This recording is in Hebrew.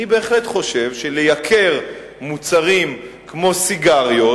אני בהחלט חושב שלייקר מוצרים כמו סיגריות,